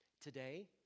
Today